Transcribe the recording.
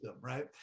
Right